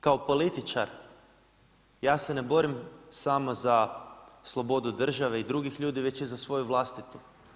Kao političar ja se ne borim samo za slobodu države i drugih ljudi već i za svoju vlastitu.